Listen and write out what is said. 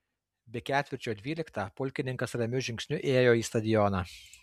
be ketvirčio dvyliktą pulkininkas ramiu žingsniu ėjo į stadioną